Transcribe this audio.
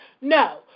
No